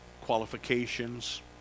qualifications